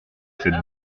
cette